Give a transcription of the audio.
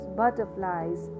butterflies